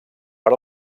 per